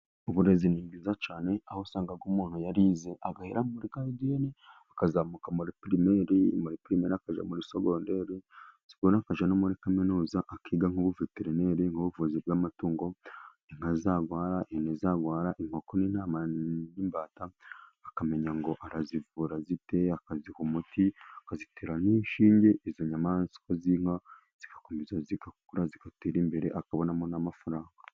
Uburezi ni bwiza cyane, aho usanga umuntu yarize agahera muri garidiyene, akazamuka muri pirimeri, akajya muri sogonderi, akajya no muri kaminuza. Akiga nk'ubuveterineri, ubuvuzi bw'amatungo. Inka zarwara, ihene zarwara, inkoko n'intama, n'imbata, akamenya ngo arazivura ate, akaziha umuti, akazitera n'inshinge, izo nyamaswa z'inka zigakomeza zigakura zigatera imbere, akabonamo n'amafaranga.